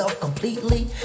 completely